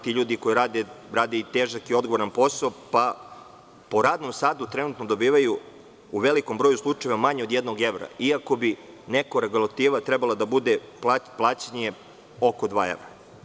Ti ljudi koji rade, rade i težak i odgovoran posao, pa po radnom satu trenutno dobijaju u velikom broju slučajeva manje od jednog evra, iako bi neka regulativa trebala da bude plaćanje oko dva evra.